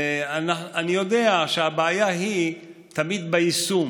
אני יודע שהבעיה היא תמיד ביישום,